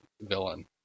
villain